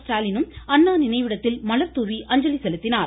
ஸ்டாலினும் அண்ணா நினைவிடத்தில் மலர் தூவி அஞ்சலி செலுத்தினார்